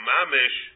Mamish